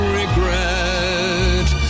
regret